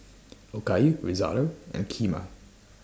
Okayu Risotto and Kheema